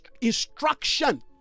instruction